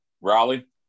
Raleigh